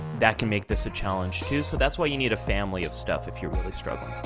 that can make this a challenge too. so that's why you need a family of stuff if you're